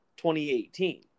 2018